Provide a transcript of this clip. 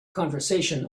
conversation